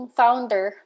founder